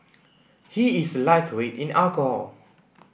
he is a lightweight in alcohol